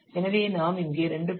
எனவே நாம் இங்கே 2